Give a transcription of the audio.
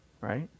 Right